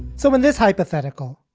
so in this hypothetical.